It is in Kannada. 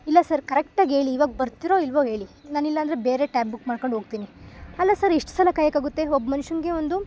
ಇಲ್ಲ ಸರ್ ಕರೆಕ್ಟಾಗಿ ಹೇಳಿ ಇವಾಗ ಬರ್ತೀರೊ ಇಲ್ಲವೋ ಹೇಳಿ ನಾನು ಇಲ್ಲ ಅಂದರೆ ಬೇರೆ ಟ್ಯಾಬ್ ಬುಕ್ ಮಾಡ್ಕಂಡು ಹೋಗ್ತೀನಿ ಅಲ್ಲ ಸರ್ ಎಷ್ಟು ಸಲ ಕಾಯೋಕ್ಕಾಗುತ್ತೆ ಒಬ್ಬ ಮನುಷ್ಯಂಗೆ ಒಂದು